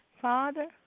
Father